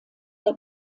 der